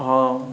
ହଁ